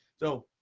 so,